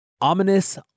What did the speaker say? Ominous